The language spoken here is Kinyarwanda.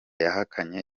yahakanye